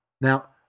now